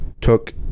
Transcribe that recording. took